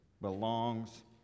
belongs